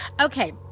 okay